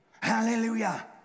Hallelujah